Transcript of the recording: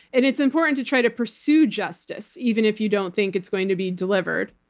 and it's important to try to pursue justice, even if you don't think it's going to be delivered.